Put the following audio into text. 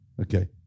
Okay